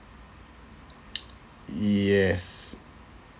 yes